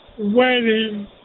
wedding